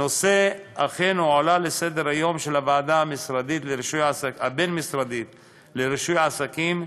הנושא אכן הועלה לסדר-היום של הוועדה הבין-משרדית לרישוי עסקים,